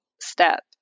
step